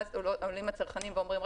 ואז עולים הצרכנים ואומרים,